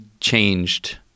changed